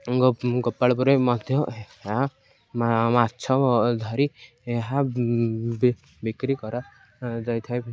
ଗୋପାଳପୁରରେ ମଧ୍ୟ ଏହା ମାଛ ଧରି ଏହା ବିକ୍ରି କରାଯାଇଥାଏ